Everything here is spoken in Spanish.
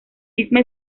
misma